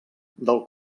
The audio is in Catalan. del